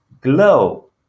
Glow